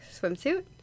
swimsuit